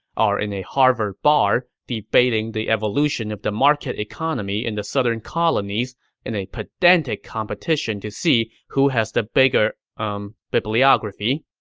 are in a harvard bar, debating the evolution of the market economy in the southern colonies in a pedantic competition to see who has the bigger, umm, bibliography.